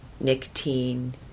nicotine